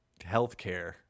healthcare